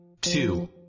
two